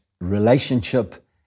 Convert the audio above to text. relationship